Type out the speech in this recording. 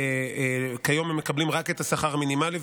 כיום מקבלים רק את השכר המינימלי,